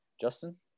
Justin